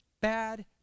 bad